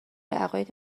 عقاید